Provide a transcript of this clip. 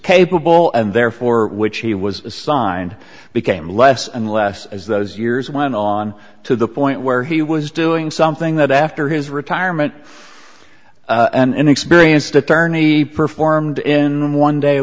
capable and therefore which he was assigned became less and less as those years went on to the point where he was doing something that after his retirement an inexperienced attorney performed in one day a